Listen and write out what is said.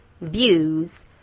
views